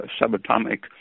subatomic